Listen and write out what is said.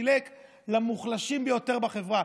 שחילק למוחלשים ביותר בחברה.